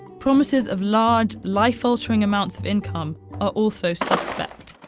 promises of large, life-altering amounts of income are also suspect.